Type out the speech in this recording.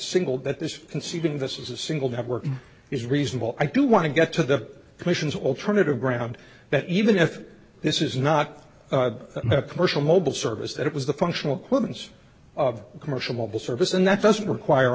is conceiving this is a single network is reasonable i do want to get to the commission's alternative ground that even if this is not a commercial mobile service that it was the functional women's of commercial mobile service and that doesn't require